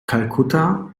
kalkutta